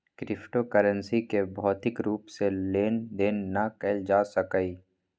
crypto currency के भौतिक रूप से लेन देन न कएल जा सकइय